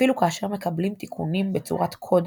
אפילו כאשר מקבלים תיקונים בצורת קוד